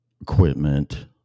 equipment